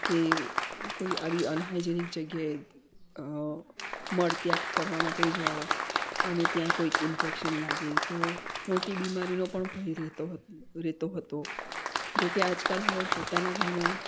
કે કોઈ આવી અનહાઇજેનિક જગ્યાએ મળ ત્યાગ કરવા માટે જાઓ અને ત્યાં કોઈ ઇન્ફેક્શન લાગે તો મોટી બીમારીનો પણ ભય રહેતો રહેતો હતો જો કે આજકાલ હવે પોતાના ઘરમાં